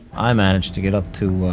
i managed to get up to a